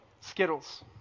Skittles